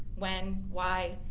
when? why?